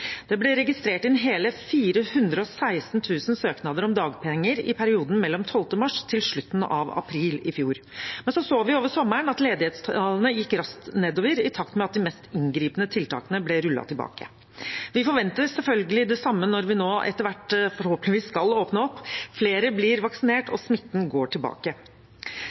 Det ble registrert inn hele 416 000 søknader om dagpenger i perioden mellom 12. mars og slutten av april i fjor. Men så så vi over sommeren at ledighetstallene gikk raskt nedover, i takt med at de mest inngripende tiltakene ble rullet tilbake. Vi forventer selvfølgelig det samme når vi nå etter hvert forhåpentligvis skal åpne opp, flere blir vaksinert og smitten går tilbake.